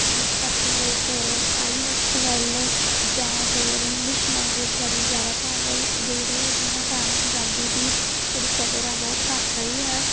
ਜਿਸ ਕਰਕੇ ਲੋਕ ਆਈਲੈਟਸ ਵੱਲ ਜਾਂ ਹੋਰ ਇੰਗਲਿਸ਼ ਲੈਂਗੁਏਜ ਵੱਲ ਜ਼ਿਆਦਾ ਧਿਆਨ ਦੇ ਦੇ ਰਹੇ ਆ ਜਿਹਨਾਂ ਕਾਰਨ ਪੰਜਾਬੀ ਦੀ ਜਿਹੜੀ ਕਦਰ ਆ ਬਹੁਤ ਘੱਟ ਰਹੀ ਹੈ